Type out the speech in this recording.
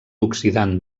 oxidant